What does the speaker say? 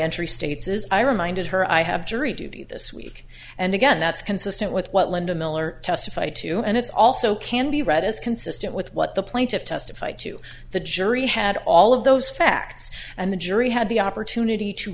entry states says i reminded her i have jury duty this week and again that's consistent with what linda miller testified to and it's also can be read as consistent with what the plaintiff testified to the jury had all of those facts and the jury had the opportunity to